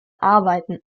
arbeiten